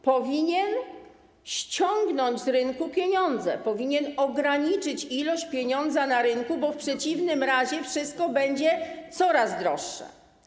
Powinien ściągnąć z rynku pieniądze, powinien ograniczyć ilość pieniądza na rynku, bo w przeciwnym razie wszystko będzie coraz droższe.